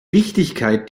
wichtigkeit